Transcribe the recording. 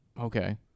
Okay